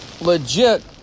legit